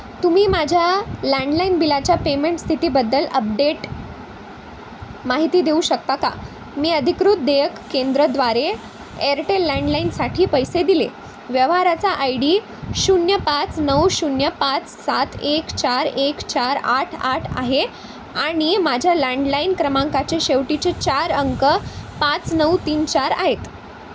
तुम्ही माझ्या लँडलाईन बिलाच्या पेमेंट स्थितीबद्दल अपडेट माहिती देऊ शकता का मी अधिकृत देयक केंद्रद्वारे एअरटेल लँडलाईनसाठी पैसे दिले व्यवहाराचा आय डी शून्य पाच नऊ शून्य पाच सात एक चार एक चार आठ आठ आहे आणि माझ्या लँडलाईन क्रमांकाचे शेवटचे चार अंक पाच नऊ तीन चार आहेत